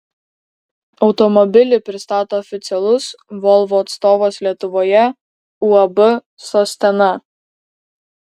automobilį pristato oficialus volvo atstovas lietuvoje uab sostena